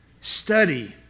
study